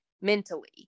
mentally